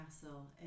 castle